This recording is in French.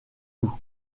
loup